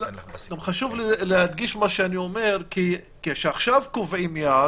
גם חשוב להדגיש מה שאני אומר כי כשעכשיו קובעים יעד,